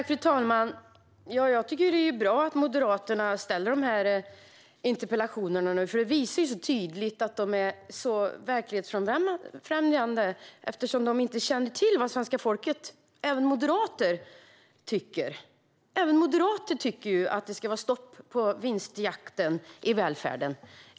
Fru talman! Jag tycker att det är bra att Moderaterna ställer de här interpellationerna, för det visar så tydligt hur verklighetsfrånvända de är: De känner inte till vad svenska folket, även moderater, tycker. Även moderater tycker att det ska sättas stopp för vinstjakten i välfärden.